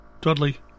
Dudley